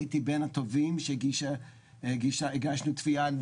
הייתי בין הטובים שהגשנו תביעה,